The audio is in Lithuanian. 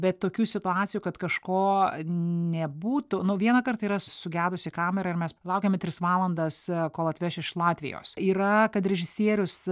bet tokių situacijų kad kažko nebūtų nu vieną kartą yra sugedusi kamera ir mes laukėme tris valandas kol atveš iš latvijos yra kad režisierius